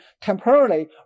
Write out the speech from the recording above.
temporarily